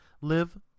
Live